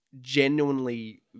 genuinely